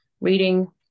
reading